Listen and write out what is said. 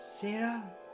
Sarah